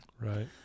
Right